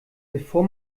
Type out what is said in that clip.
bevor